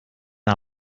our